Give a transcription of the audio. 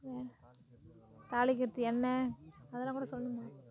தாளிக்கிறதுக்கு எண்ணெய் அதெலாம் கூட சொல்லணுமா